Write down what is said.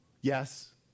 Yes